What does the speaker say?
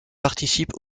participe